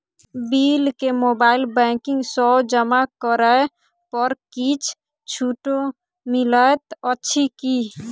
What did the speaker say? Bill केँ mobile banking सँ जमा करै पर किछ छुटो मिलैत अछि की?